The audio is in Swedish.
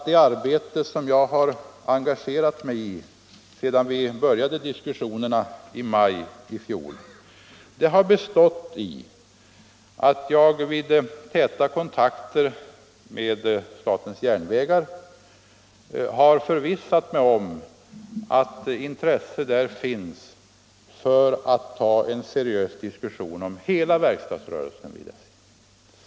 Det arbete som jag har engagerat mig i sedan vi började de här överläggningarna har bestått i att jag vid täta kontakter med statens järnvägar har förvissat mig om att intresse där finns för en seriös diskussion om hela verkstadsrörelsen.